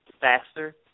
faster